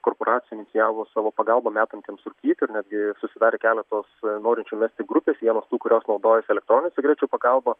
korporacijų inicijavo savo pagalbą metantiems rūkyti ir netgi susidarė keletos norinčių mesti grupės vienos tų kurios naudojosi elektroninių cigarečių pagalba